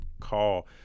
call